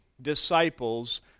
disciples